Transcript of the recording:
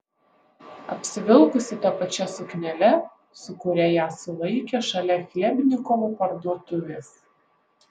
apsivilkusi ta pačia suknele su kuria ją sulaikė šalia chlebnikovo parduotuvės